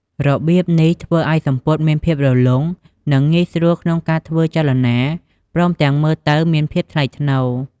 របៀបនេះធ្វើឲ្យសំពត់មានភាពរលុង និងងាយស្រួលក្នុងការធ្វើចលនា ព្រមទាំងមើលទៅមានភាពថ្លៃថ្នូរ។